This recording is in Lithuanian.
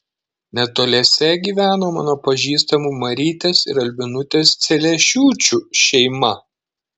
netoliese gyveno mano pažįstamų marytės ir albinutės celiešiūčių šeima